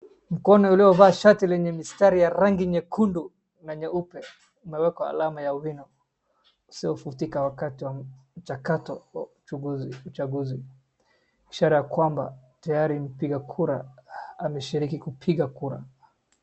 Mkono uliovaa shati lenye mistari ya rangi nyekundu na nyeupe imewekwa alama ya wino usiofutika wakati wa mchakato wa uchaguzi ishara ya kwamba tayari mpiga kura ameshiriki kupiga kura.